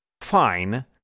fine